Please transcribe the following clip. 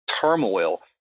turmoil